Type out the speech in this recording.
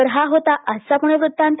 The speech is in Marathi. तर हा होता आजचा पुणे वृत्तांत